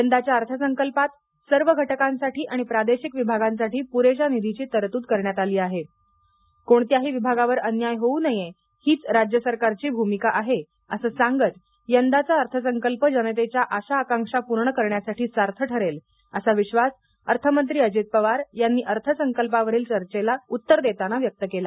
यंदाच्या अर्थसंकल्पात सर्व घटकांसाठी आणि प्रादेशिक विभागांसाठी पुरेशा निधीची तरतूद करण्यात आली आहे कोणत्याही विभागावर अन्याय होऊ नये हीच राज्य सरकारची भूमिका आहे असं सांगत यंदाचा अर्थसंकल्प जनतेच्या आशा आकांक्षा पूर्ण करण्यासाठी सार्थ ठरेल असा विश्वास अर्थ मंत्री अजित पवार यांनी अर्थसंकल्पावरील चर्चेला उत्तर देताना व्यक्त केला